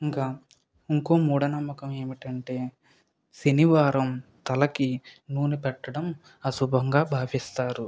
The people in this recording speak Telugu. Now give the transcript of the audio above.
ఇంకా ఇంకోక మూఢ నమ్మకం ఏమిటంటే శనివారం తలకి నూనె పెట్టడం అశుభముగా భావిస్తారు